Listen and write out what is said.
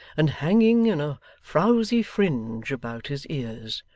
and hanging in a frowzy fringe about his ears.